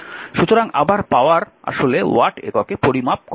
সুতরাং আবার পাওয়ার আসলে ওয়াট এককে পরিমাপ করা হয়